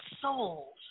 souls